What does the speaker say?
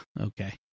okay